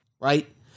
Right